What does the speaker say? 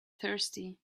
thirsty